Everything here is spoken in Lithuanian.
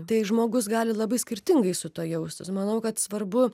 tai žmogus gali labai skirtingai su tuo jaustis manau kad svarbu